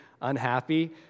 unhappy